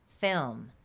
film